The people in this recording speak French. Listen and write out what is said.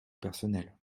personnelle